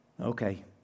Okay